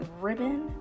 ribbon